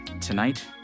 tonight